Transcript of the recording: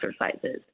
exercises